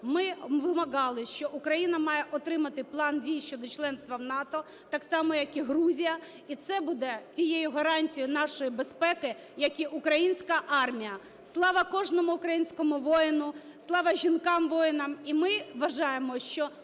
ми вимагали, що Україна має отримати план дій щодо членства в НАТО, так само як і Грузія. І це буде тією гарантією нашої безпеки, як і українська армія. Слава кожному українському воїну! Слава жінкам-воїнам!